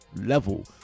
level